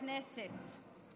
חברי הכנסת,